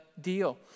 deal